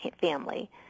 family